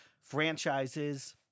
franchises